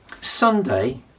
Sunday